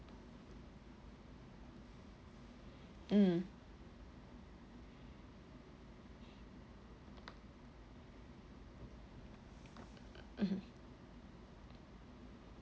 mm mm